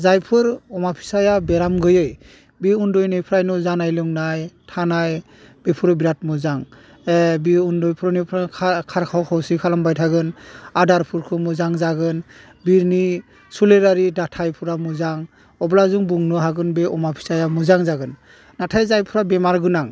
जायफोर अमा फिसाया बेराम गोयै बि उन्दैनिफ्रायनो जानाय लोंनाय थानाय बेफोरो बिराद मोजां बियो उन्दैफोरनिफ्राय खारखाव खारसि खालामबाय थागोन आदारफोरखौ मोजां जागोन बिनि सोलेरारि दाथाइफ्रा मोजां अब्ला जों बुंनो हागोन बे अमा फिसाया मोजां जागोन नाथाय जायफ्रा बेमार गोनां